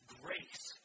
grace